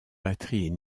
batterie